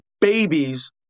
babies